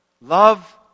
Love